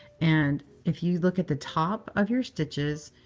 and if you look at the top of your stitches,